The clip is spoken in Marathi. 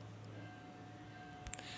नवीन खात कितीक दिसात खोलता येते?